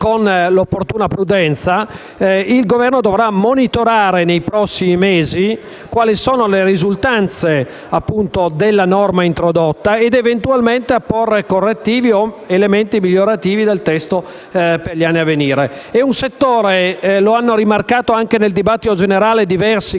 il Governo dovrà monitorare nei prossimi mesi quali sono le risultanze della norma introdotta ed, eventualmente, apporre correttivi o elementi migliorativi nel testo per gli anni a venire. È un settore, come è stato rimarcato nel dibattito generale da diversi